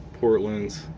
portlands